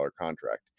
contract